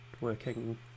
working